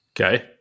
Okay